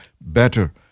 better